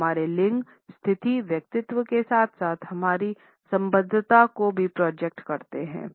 वे हमारे लिंग स्थिति व्यक्तित्व के साथ साथ हमारी संबद्धता को भी प्रोजेक्ट करते हैं